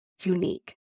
unique